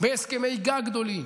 בהסכמי גג גדולים,